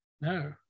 No